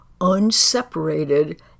unseparated